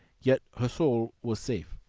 yet her soul was safe!